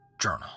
journal